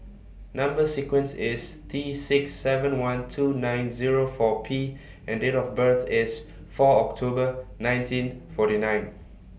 Number sequence IS T six seven one two nine Zero four P and Date of birth IS four October nineteen forty nine